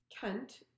Kent